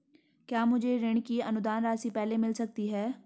क्या मुझे ऋण की अनुदान राशि पहले मिल सकती है?